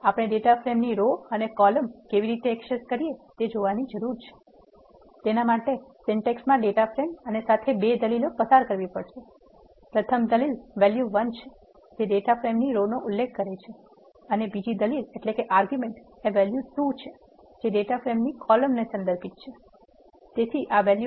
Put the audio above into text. આપણે ડેટા ફ્રેમની રો અને કોલમ કેવી રીતે એક્સેસ કરી શકીએ તે જોવાની જરૂર છે તેના માટે સિન્ટેક્સ માં ડેટા ફ્રેમ અને સાથે 2 દલીલો પસાર કરવી પડશે પ્રથમ દલીલ val1 છે જે ડેટા ફ્રેમની રો નો ઉલ્લેખ કરે છે અને બીજો દલીલ val2 ડેટા ફ્રેમની કોલમ ને સંદર્ભિત કરે છે